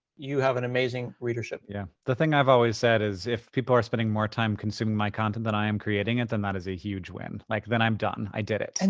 you have an amazing readership. yeah, the thing i've always said is if people are spending more time consuming my content than i am creating it, then that is a huge win. like, then i'm done. i did it. and